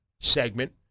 segment